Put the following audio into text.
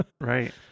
Right